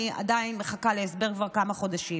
אני עדיין מחכה להסבר כבר כמה חודשים,